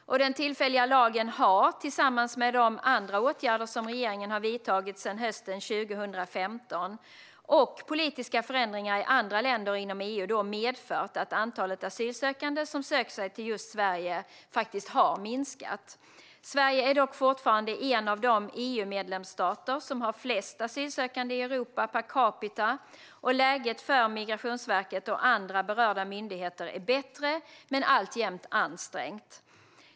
Den tillfälliga lagen har, tillsammans med de andra åtgärder som regeringen har vidtagit sedan hösten 2015 och politiska förändringar i andra länder och inom EU, medfört att antalet asylsökande som sökt sig till just Sverige har minskat. Sverige är dock fortfarande en av de EU-medlemsstater som har flest asylsökande i Europa per capita, och läget för Migrationsverket och andra berörda myndigheter är bättre men alltjämt ansträngt.